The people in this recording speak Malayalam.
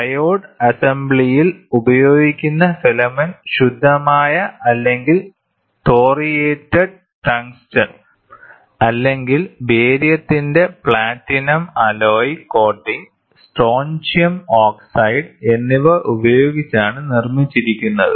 ട്രയോഡ് അസംബ്ലിയിൽ ഉപയോഗിക്കുന്ന ഫിലമെന്റ് ശുദ്ധമായ അല്ലെങ്കിൽ തോറിയേറ്റഡ് ടങ്ങ്സ്റ്റൺ അല്ലെങ്കിൽ ബേരിയത്തിന്റെ platinum alloy coating strontium oxide എന്നിവ ഉപയോഗിച്ചാണ് നിർമ്മിച്ചിരിക്കുന്നത്